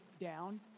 down